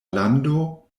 lando